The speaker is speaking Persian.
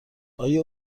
آیا